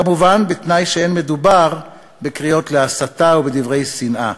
כמובן בתנאי שאין מדובר בקריאות להסתה ובדברי שנאה.